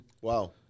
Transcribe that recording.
Wow